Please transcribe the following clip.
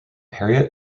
harriet